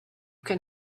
can